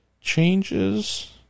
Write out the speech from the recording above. changes